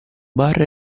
bar